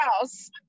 house